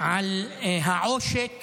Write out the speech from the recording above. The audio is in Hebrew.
על העושק